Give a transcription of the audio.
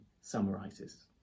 summarises